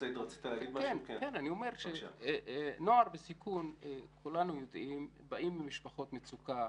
כולנו יודעים שבני נוער בסיכון באים ממשפחות מצוקה.